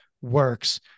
works